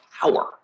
power